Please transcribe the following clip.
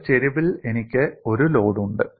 ഒരു ചെരിവിൽ എനിക്ക് ഒരു ലോഡ് ഉണ്ട്